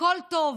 הכול טוב.